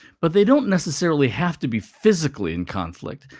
but they don't necessarily have to be physically in conflict,